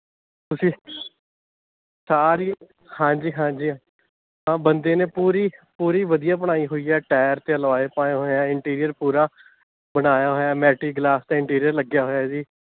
ਤੁਸੀਂ ਸਾਰੀ ਹਾਂਜੀ ਹਾਂਜੀ ਬੰਦੇ ਨੇ ਪੂਰੀ ਪੂਰੀ ਵਧੀਆ ਬਣਾਈ ਹੋਈ ਹੈ ਟਾਇਰ 'ਤੇ ਐਲੋਏ ਪਾਏ ਹੋਏ ਹੈ ਇੰਨਟੀਰੀਅਰ ਪੂਰਾ ਬਣਾਇਆ ਹੋਇਆ ਮੈਟੀ ਗਲਾਸ 'ਤੇ ਇੰਨਟੀਰੀਅਰ ਲੱਗਿਆ ਹੋਇਆ ਜੀ